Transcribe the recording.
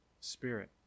spirit